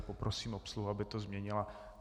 Poprosím obsluhu, aby to změnila.